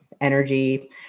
energy